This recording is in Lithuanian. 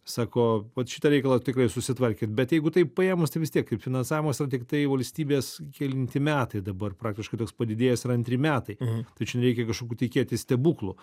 sako vat šitą reikalą tikrai susitvarkėt bet jeigu taip paėmus tai vis tiek ir finansavimas yra tiktai valstybės kelinti metai dabar praktiškai toks padidėjęs yra antri metai tai čia nereikia kažkokių tikėtis stebuklų